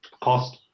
cost